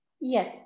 Yes